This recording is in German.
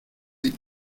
sie